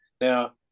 now